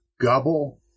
Gobble